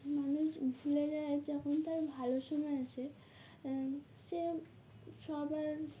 মানুষ ভুলে যায় যখন ত ভালো সময় আছে সে সবার